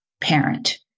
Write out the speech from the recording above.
parent